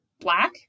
Black